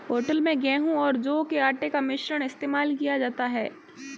hotel में गेहूं और जौ के आटे का मिश्रण इस्तेमाल किया जाता है